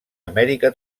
amèrica